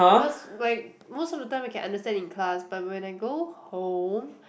cause like most of the time I can understand in class but when I go home